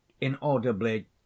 inaudibly